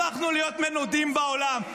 הפכנו להיות מנודים בעולם.